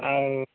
ଆଉ